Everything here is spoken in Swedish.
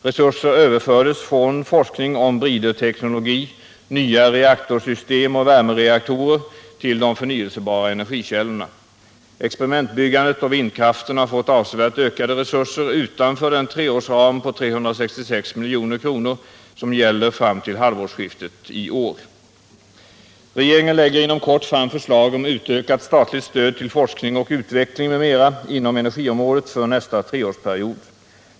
Resurser överfördes från forskning om briderteknologi, nya reaktorsystem och värmereaktorer till de förnyelsebara energikällorna. Experimentbyggandet och vindkraften har fått avsevärt ökade resurser utanför den treårsram på 366 milj.kr. som gäller fram till halvårsskiftet 1978. Regeringen lägger inom kort fram förslag om utökat statligt stöd till forskning och utveckling m.m. inom energiområdet för nästa treårsperiod.